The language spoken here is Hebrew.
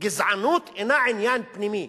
גזענות אינה עניין פנימי